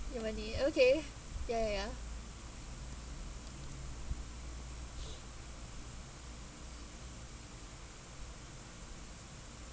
no money okay ya ya ya